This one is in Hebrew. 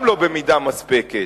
גם לא במידה מספקת.